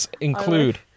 include